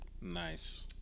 Nice